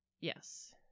yes